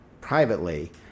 privately